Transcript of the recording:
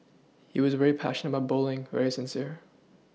he was very passionate about bowling very sincere